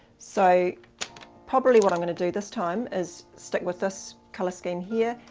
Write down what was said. so probably what i'm gonna do this time is stick with this color scheme here,